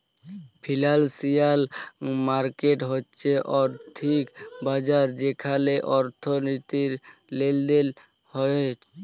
financial market হচ্যে আর্থিক বাজার যেখালে অর্থনীতির লেলদেল হ্য়েয়